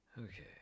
Okay